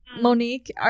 Monique